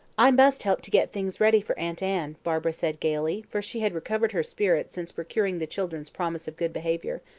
i must help to get things ready for aunt anne, barbara said gaily, for she had recovered her spirits since procuring the children's promise of good behaviour.